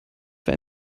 für